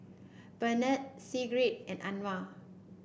Benard Sigrid and Anwar